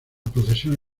procesión